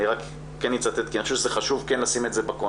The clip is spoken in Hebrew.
אני אצטט כי אני חושב שחשוב כן לשים את זה בקונטקסט,